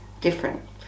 different